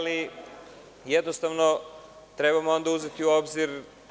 Jednostavno, trebamo onda uzeti u obzir…